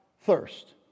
thirst